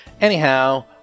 anyhow